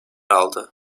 aldı